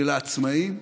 של העצמאים,